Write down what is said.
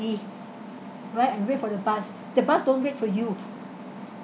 right and wait for the bus the bus don't wait for you